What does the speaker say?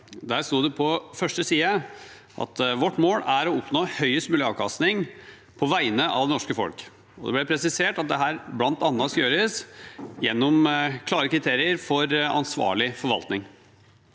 Der sto det på første side at vårt mål er å oppnå høyest mulig avkastning på vegne av det norske folk, og det ble presisert at det bl.a. skulle gjøres gjennom klare kriterier for ansvarlig forvaltning.